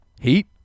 Heat